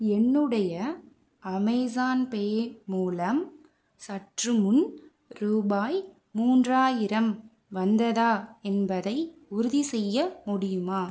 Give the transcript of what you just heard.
என்னுடைய Amazon Pay மூலம் சற்றுமுன் ரூபாய் மூன்றாயிரம் வந்ததா என்பதை உறுதிசெய்ய முடியுமா